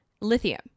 lithium